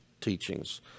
teachings